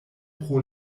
pro